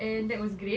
and that was great